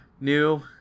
New